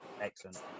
excellent